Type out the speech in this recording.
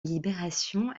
libération